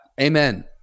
Amen